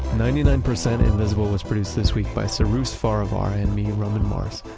ninety nine percent invisible was produced this week by cyrus farivar and me, roman mars.